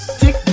tick